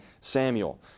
Samuel